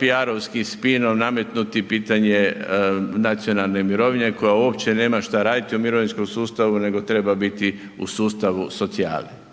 PR-ovskim spinom nametnuti pitanje nacionalne mirovine koja uopće nema šta raditi u mirovinskom sustavu nego treba biti u sustavu socijale.